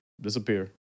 disappear